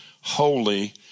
holy